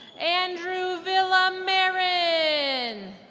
andrew villamarin